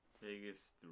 Biggest